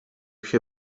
się